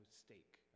stake